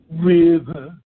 river